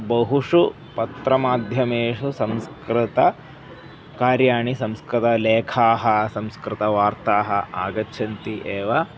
बहुषु पत्रमाध्यमेषु संस्कृतकार्याणि संस्कृतलेखाः संस्कृतवार्ताः आगच्छन्ति एव